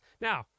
Now